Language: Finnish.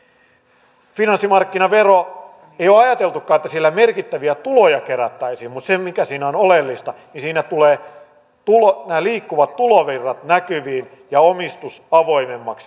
ei ole ajateltukaan että finanssimarkkinaverolla merkittäviä tuloja kerättäisiin mutta se siinä on oleellista että siinä tulevat nämä liikkuvat tulovirrat näkyviin ja omistus avoimemmaksi